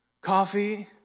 coffee